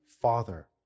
Father